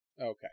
Okay